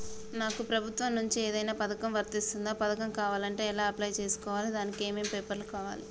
నాకు ప్రభుత్వం నుంచి ఏదైనా పథకం వర్తిస్తుందా? పథకం కావాలంటే ఎలా అప్లై చేసుకోవాలి? దానికి ఏమేం పేపర్లు కావాలి?